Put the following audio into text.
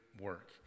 work